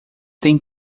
têm